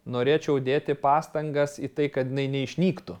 norėčiau dėti pastangas į tai kad jinai neišnyktų